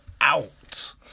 out